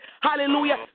hallelujah